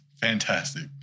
fantastic